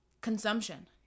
Consumption